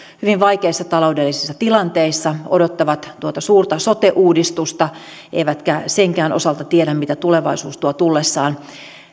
hyvin vaikeissa taloudellisissa tilanteissa odottavat tuota suurta sote uudistusta eivätkä senkään osalta tiedä mitä tulevaisuus tuo tullessaan